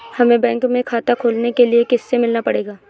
हमे बैंक में खाता खोलने के लिए किससे मिलना पड़ेगा?